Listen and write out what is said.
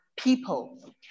people